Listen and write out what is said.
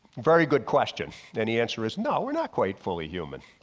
very good question and the answer is no, we're not quite fully human.